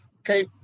Okay